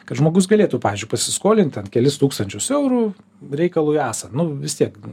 kad žmogus galėtų pavyzdžiui pasiskolint ten kelis tūkstančius eurų reikalui esant nu vis tiek